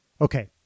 Okay